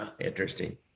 Interesting